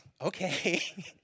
okay